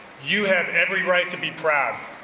you have every right to be proud.